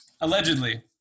allegedly